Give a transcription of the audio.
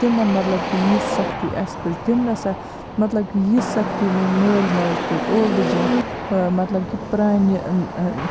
تِمَن مَطلَب کہِ یِژھ سَختی اَسہِ تُج تِم نَسا یِژھ سَختی میانۍ مٲلۍ ماجہِ تُلۍ اولڈ جَن مَطلَب کہِ پرانہِ